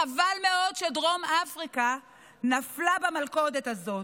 חבל מאוד שדרום אפריקה נפלה במלכודת הזאת.